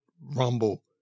Rumble